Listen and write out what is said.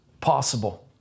possible